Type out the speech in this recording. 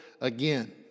again